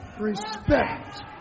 respect